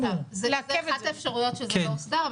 אחת האפשרויות היא שזה לא הוסדר,